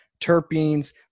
terpenes